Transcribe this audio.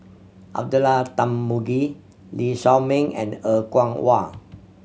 Abdullah Tarmugi Lee Shao Meng and Er Kwong Wah